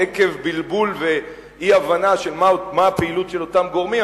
עקב בלבול ואי-הבנה של מה הפעילות של אותם גורמים,